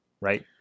right